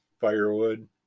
firewood